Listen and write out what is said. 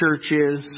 churches